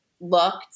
looked